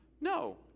No